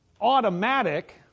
automatic